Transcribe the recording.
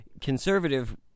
conservative